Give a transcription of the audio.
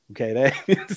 Okay